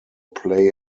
play